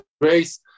grace